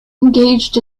engaged